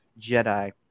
Jedi